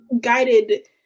guided